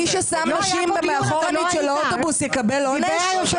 מי ששולח נשים לשבת באוטובוס מאחור יקבל עונש?